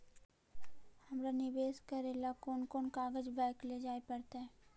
हमरा निवेश करे ल कोन कोन कागज बैक लेजाइ पड़तै?